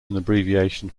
abbreviation